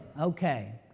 Okay